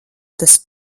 tas